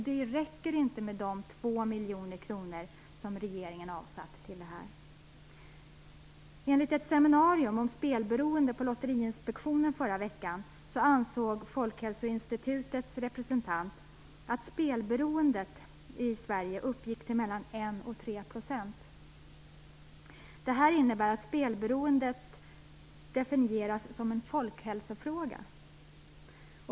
Det räcker inte med de 2 miljoner kronor som regeringen avsatt till detta. Enligt ett seminarium om spelberoende på Lotteriinspektionen i förra veckan ansåg Folkhälsoinstitutets representant att spelberoendet i Sverige uppgår till mellan 1 och 3 %. Det innebär att spelberoendet definieras som en folkhälsofråga.